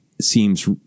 seems